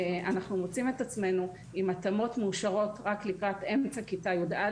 אנחנו מוצאים את עצמנו עם התאמות מאושרות רק לקראת אמצע כיתה י"א,